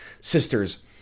Sisters